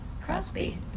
Crosby